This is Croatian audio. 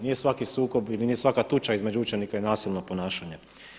Nije svaki sukob ili nije svaka tuča između učenika nasilno ponašanje.